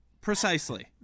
Precisely